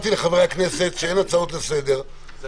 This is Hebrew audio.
זה שמירה על המגזר החרדי.